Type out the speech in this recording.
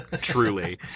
truly